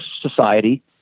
society